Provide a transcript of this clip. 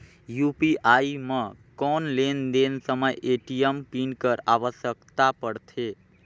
UPI म कौन लेन देन समय ए.टी.एम पिन कर आवश्यकता पड़थे?